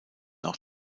auch